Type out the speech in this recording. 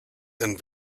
then